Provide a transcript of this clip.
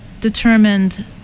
determined